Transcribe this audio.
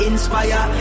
Inspire